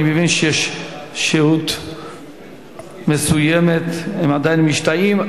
אני מבין שיש שהות מסוימת, הם עדיין משתהים.